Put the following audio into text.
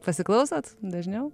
pasiklausot dažniau